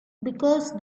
because